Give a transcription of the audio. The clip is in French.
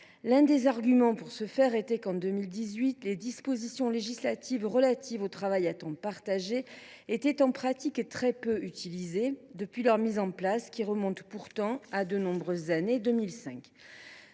pour défendre cette proposition était qu’en 2018 « les dispositions législatives relatives au travail à temps partagé [étaient] en pratique très peu utilisées depuis leur mise en place qui remonte pourtant à de nombreuses années –